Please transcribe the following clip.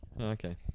Okay